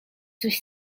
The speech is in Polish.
coś